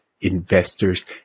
investors